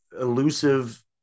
elusive